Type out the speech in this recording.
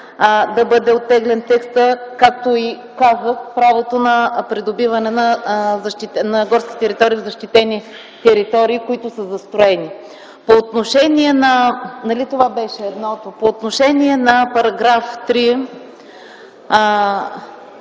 да бъде оттеглен текста, както и казах, правото на придобиване на горски територии в защитени територии, които са застроени. По отношение на § 3